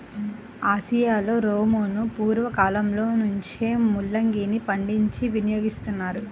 ఆసియాలో రోమను పూర్వ కాలంలో నుంచే ముల్లంగిని పండించి వినియోగిస్తున్నారు